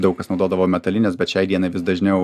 daug kas naudodavo metalines bet šiai dienai vis dažniau